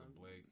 Blake